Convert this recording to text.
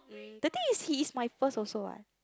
the thing is he is my first also what